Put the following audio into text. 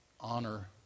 honor